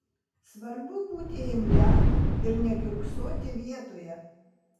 svarbu būti imliam ir nekiurksoti vietoje